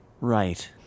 Right